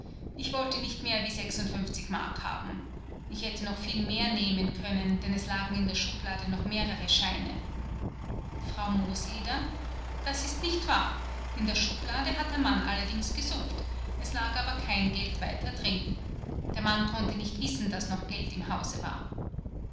ich wollte nicht mehr wie m haben ich hätte noch viel mehr nehmen können denn es lagen in der schublade noch mehrere scheine frau mooseder das ist nicht wahr in der schublade hat der mann allerdings gesucht es lag aber kein geld weiter drin der mann konnte nicht wissen daß noch geld im hause war